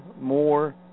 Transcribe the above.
more